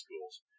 schools